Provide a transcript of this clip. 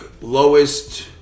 lowest